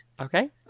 Okay